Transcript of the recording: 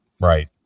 Right